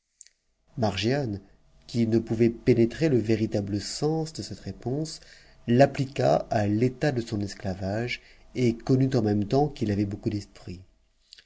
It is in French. margianc qui ne pouvait pénétrer véritable sens de cette réponsf t'appliqua à l'état de son esclavage et connut en même temps qu'il avait beaucoup d'esprit